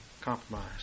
compromise